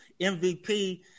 MVP